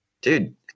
Dude